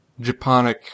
Japonic